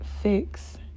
fix